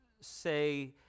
say